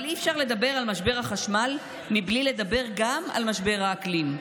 אבל אי-אפשר לדבר על משבר החשמל מבלי לדבר גם על משבר האקלים.